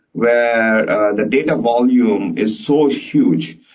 where the data volume is so huge,